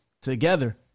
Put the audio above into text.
together